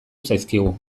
zaizkigu